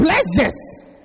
pleasures